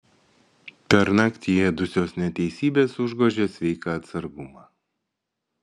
pernakt jį ėdusios neteisybės užgožė sveiką atsargumą